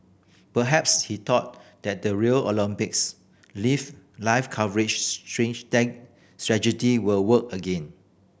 perhaps he thought that the Rio Olympics live live coverage strategy will work again